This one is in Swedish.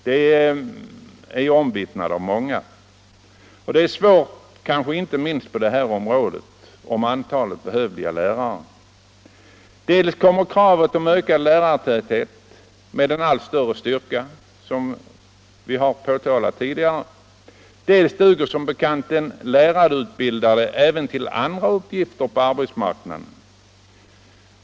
Det är omvittnat av många. Inte minst är det svårt på detta område. Dels kommer kravet om ökad lärartäthet med allt större styrka, dels duger som bekant den lärarutbildade även till andra uppgifter på arbetsmarknaden.